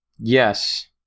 Yes